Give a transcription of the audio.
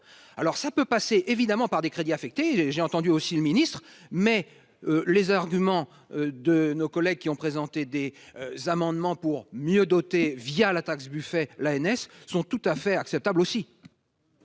alors ça peut passer évidemment par des crédits affectés, j'ai entendu aussi le ministre, mais les arguments de nos collègues qui ont présenté des amendements pour mieux dotés via la taxe Buffet là NS sont tout à fait acceptable aussi.